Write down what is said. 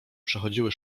przechodziły